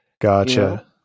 Gotcha